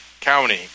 county